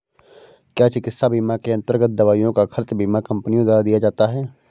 क्या चिकित्सा बीमा के अन्तर्गत दवाइयों का खर्च बीमा कंपनियों द्वारा दिया जाता है?